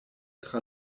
tra